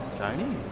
chinese.